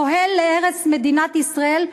פועל להרס מדינת ישראל,